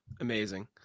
Amazing